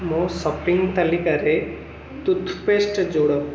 ମୋ ସପିଂ ତାଲିକାରେ ଟୁଥପେଷ୍ଟ ଯୋଡ଼